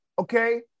okay